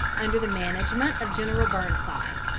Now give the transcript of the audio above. under the management of general burnside.